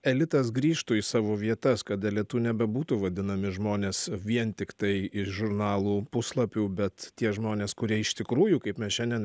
elitas grįžtų į savo vietas kad elitu nebebūtų vadinami žmonės vien tiktai iš žurnalų puslapių bet tie žmonės kurie iš tikrųjų kaip mes šiandien